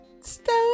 stone